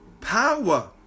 power